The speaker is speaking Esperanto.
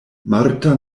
marta